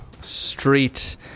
street